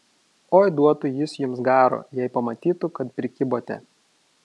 oi duotų jis jums garo jei pamatytų kad prikibote